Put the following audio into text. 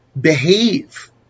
behave